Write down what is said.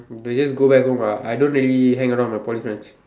can just go back home ah I don't really hang around with my Poly friends